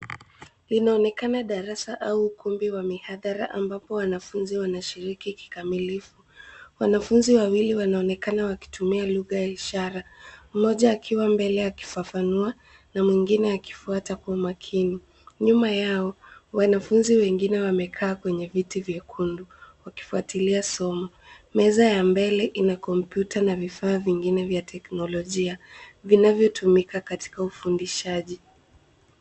Inaonekana darasa au ukumbi wa mihadhara ambapo wanafunzi wanashiriki kikamilifu. Wanafunzi wawili wanaonekana wakitumia lugha ya ishara, mmoja akiwa mbele akifafanua na mwingine akifuata kwa makini. Nyuma yao wanafunzi wengine wamekaa kwenye viti vyekundu wakifuatilia somo. Meza ya mbele ina kompyuta na vifaa vingine vya teknolojia vinavyotumika katika ufundishaji.